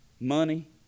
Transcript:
money